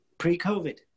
pre-COVID